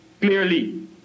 clearly